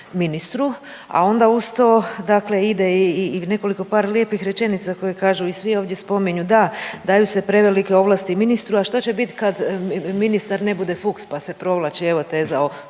ministru, a onda uz to dakle ide i nekoliko par lijepih rečenica koje kažu i svi ovdje spominju da, daju se prevelike ovlasti ministru, a što će bit kad ministar ne bude Fuchs, pa se provlači evo teza o